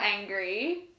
angry